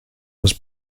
was